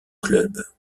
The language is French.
club